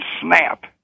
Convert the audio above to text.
snap